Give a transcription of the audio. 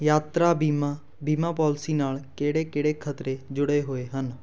ਯਾਤਰਾ ਬੀਮਾ ਬੀਮਾ ਪੋਲਸੀ ਨਾਲ ਕਿਹੜੇ ਕਿਹੜੇ ਖਤਰੇ ਜੁੜੇ ਹੋਏ ਹਨ